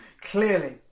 clearly